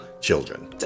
children